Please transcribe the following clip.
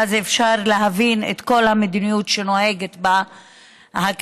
ואפשר להבין את כל המדיניות שקק"ל נוהגת בה היום.